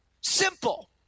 Simple